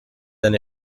than